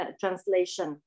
translation